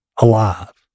alive